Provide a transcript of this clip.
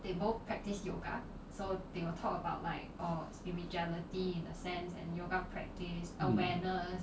mm